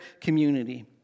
community